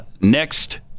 next